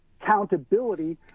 accountability